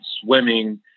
swimming